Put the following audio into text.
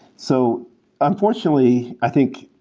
so unfortunately, i think,